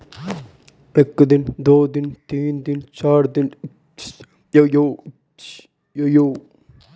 ಸಾವಯವ ಕೃಷಿ ಎಂದರೇನು ಮತ್ತು ಮನೆಯಲ್ಲಿ ಗೊಬ್ಬರ ತಯಾರಿಕೆ ಯನ್ನು ಹೇಗೆ ಮಾಡುತ್ತಾರೆ?